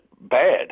bad